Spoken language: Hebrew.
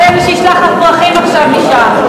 לא יהיה מי שישלח, פרחים עכשיו משם.